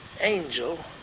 angel